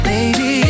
Baby